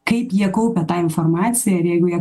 kaip jie kaupia tą informaciją ir jeigu ją